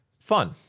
fun